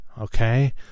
okay